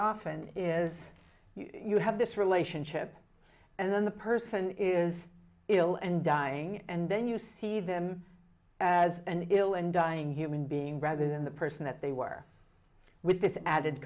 often is you have this relationship and then the person is ill and dying and then you see them as and ill and dying human being rather than the person that they were with this added